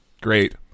Great